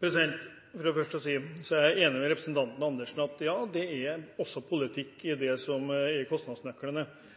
For det første vil jeg si at jeg er enig med representanten Andersen i at det er politikk også i